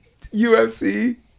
UFC